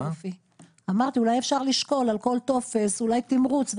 אולי אפשר לשקול על כל טופס אולי תמריץ,